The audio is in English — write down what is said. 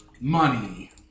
Money